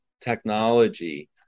technology